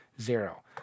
zero